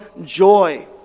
joy